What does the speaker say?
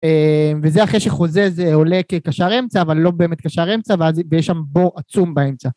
וזה אחרי שחוזה זה עולה כקשר אמצע אבל לא באמת קשר אמצע ואז יהיה שם בור עצום באמצע